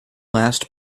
last